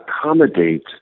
accommodate